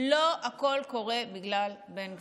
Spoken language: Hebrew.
לא הכול קורה בגלל בן גביר.